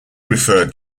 referred